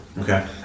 Okay